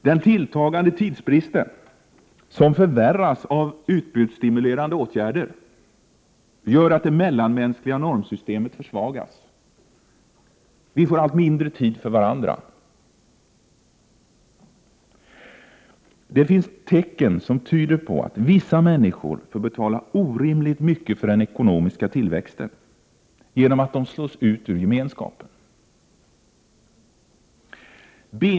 Den tilltagande tidsbristen, som förvärras av utbudsstimulerande åtgärder, gör att det mellanmänskliga normsystemet försvagas. Vi får allt mindre tid för varandra. Det finns tecken som tyder på att vissa människor får betala orimligt mycket för den ekonomiska tillväxten, genom att de slås ut ur gemenskapen.